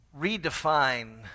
redefine